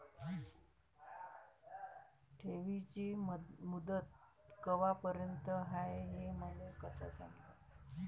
ठेवीची मुदत कवापर्यंत हाय हे मले कस समजन?